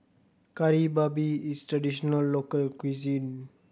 Kari Babi is traditional local cuisine